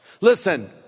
Listen